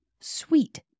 sweet